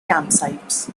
campsites